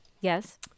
Yes